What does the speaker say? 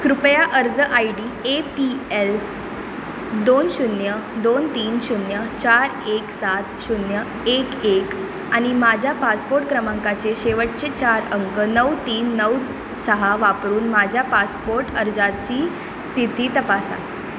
कृपया अर्ज I D A P L दोन शून्य दोन तीन शून्य चार एक सात शून्य एक एक आणि माझ्या पासपोर्ट क्रमांकचे शेवटचे चार अंक नऊ तीन नऊ सहा वापरून माझ्या पासपोर्ट अर्जाची स्थिती तपासा